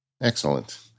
Excellent